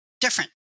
different